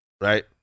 Right